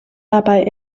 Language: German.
dabei